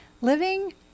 Living